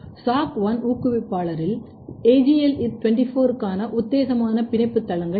SOC1 ஊக்குவிப்பாளரில் AGL24 க்கான உத்தேசமான பிணைப்பு தளங்கள் இவை